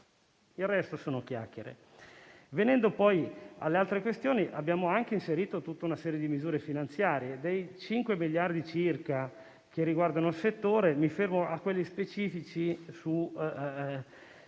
il resto sono chiacchiere. Venendo alle altre questioni, abbiamo inserito tutta una serie di misure finanziarie: dei 5 miliardi circa che riguardano il settore, mi fermo a quelli specifici